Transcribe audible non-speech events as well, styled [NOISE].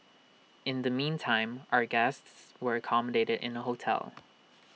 in the meantime our guests were accommodated in A hotel [NOISE]